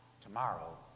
tomorrow